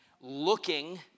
looking